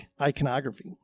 iconography